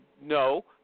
no